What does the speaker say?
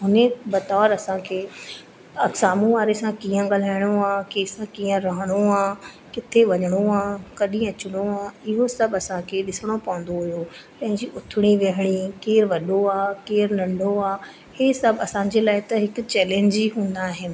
उनहीअ बतौर असां खे साम्हूं वारे सां कीअं ॻाल्हाइणो आहे कंहिंसां कीअं रहणो आहे किथे वञिणो आहे कॾहिं अचिणो आहे किथे वञिणो आहे कॾहिं अचिणो आहे इहो सभु असांखे ॾिसिणो पवंदो हुयो पंहिंजी उथणी विहणी केरु वॾो आहे केरु नंढो आहे सभु असांजे लाइ त हिकु चैलेंज ई हूंदा आहिनि